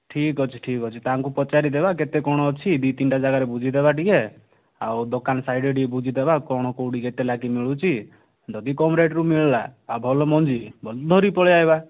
ଠିକ୍ ଅଛି ଠିକ୍ ଅଛି ତାଙ୍କୁ ପଚାରିଦେବା କେତେ କ'ଣ ଅଛି ଦୁଇ ତିନଟା ଜାଗାରେ ବୁଝିଦେବା ଟିକିଏ ଆଉ ଦୋକାନ ସାଇଡ଼୍ରେ ଟିକିଏ ବୁଝିଦେବା କ'ଣ କେଉଁଠି କେତେ ଲାଖି ମିଳୁଛି ଯଦି କମ୍ ରେଟ୍ରେ ମିଳିଲା ଆଉ ଭଲ ମଞ୍ଜି ବେଲେ ଧରିକି ପଳେଇ ଆସିବା